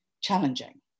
challenging